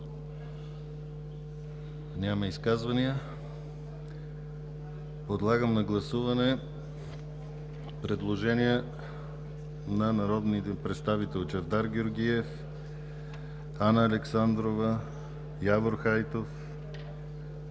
Няма изказвания. Подлагам на гласуване предложения на народните представители Чавдар Георгиев, Анна Александрова, Явор Хайтов,